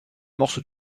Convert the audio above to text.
morceau